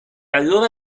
allora